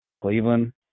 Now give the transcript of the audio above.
Cleveland